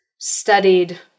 studied